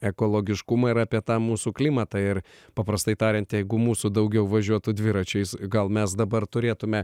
ekologiškumą ir apie tą mūsų klimatą ir paprastai tariant jeigu mūsų daugiau važiuotų dviračiais gal mes dabar turėtume